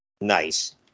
nice